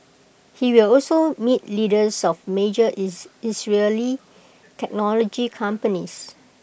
he will also meet leaders of major Israeli technology companies